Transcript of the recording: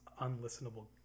unlistenable